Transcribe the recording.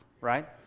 right